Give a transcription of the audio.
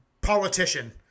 politician